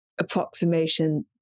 approximation